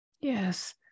Yes